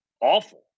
awful